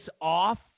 off